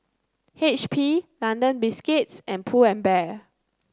H P London Biscuits and Pull and Bear